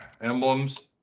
emblems